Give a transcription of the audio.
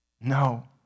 No